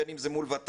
בין אם זה מול ות"ת,